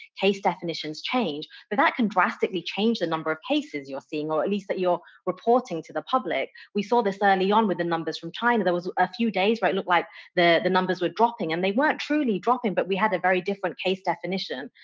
case definitions change, but that can drastically change the number of cases you're seeing or at least that you're reporting to the public. we saw this early and on with the numbers from china. there was a few days where it looked like the the numbers were dropping and they weren't truly dropping, but we had a very different case definition,